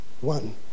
one